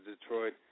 Detroit